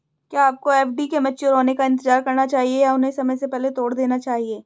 क्या आपको एफ.डी के मैच्योर होने का इंतज़ार करना चाहिए या उन्हें समय से पहले तोड़ देना चाहिए?